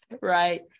Right